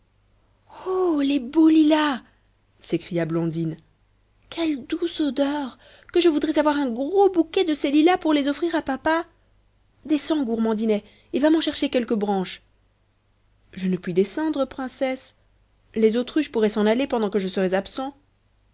oh les beaux lilas s'écria blondine quelle douce odeur que je voudrais avoir un gros bouquet de ces lilas pour les offrir à papa descends gourmandinet et va m'en chercher quelques branches je ne puis descendre princesse les autruches pourraient s'en aller pendant que je serais absent